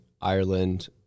ireland